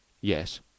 Yes